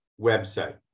website